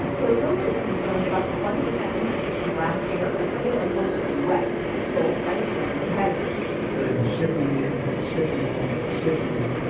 ferriola is concerned about the twenty percent increase since last year of steel imports to the u s. sold by his foreign competitors they've been shipping in, shipping in, shipping in,